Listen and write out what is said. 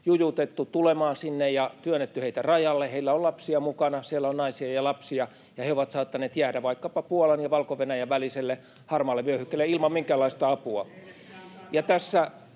jujutettu tulemaan sinne ja työnnetty rajalle. Heillä on lapsia mukana, siellä on naisia ja lapsia, ja he ovat saattaneet jäädä vaikkapa Puolan ja Valko-Venäjän väliselle harmaalle vyöhykkeelle ilman minkäänlaista apua.